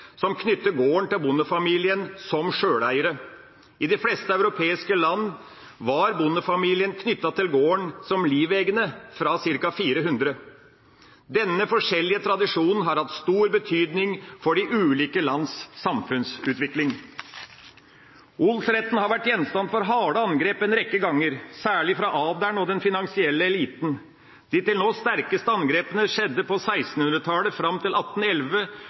som knytter gården til bondefamilien som sjøleiere. I de fleste europeiske land var bondefamilien knyttet til gården som livegne fra ca. 400-tallet. Denne forskjellige tradisjonen har hatt stor betydning for de ulike lands samfunnsutvikling. Odelsretten har vært gjenstand for harde angrep en rekke ganger, særlig fra adelen og den finansielle eliten. De til nå sterkeste angrepene skjedde på 1600-tallet og fram til